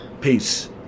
Peace